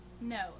No